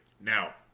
Now